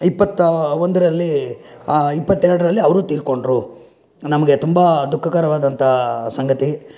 ಇಪ್ಪತ್ತ ಒಂದರಲ್ಲಿ ಇಪ್ಪತ್ತೆರಡರಲ್ಲಿ ಅವರು ತೀರಿಕೊಂಡ್ರು ನಮಗೆ ತುಂಬ ದುಃಖಕರವಾದಂಥ ಸಂಗತಿ